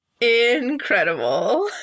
Incredible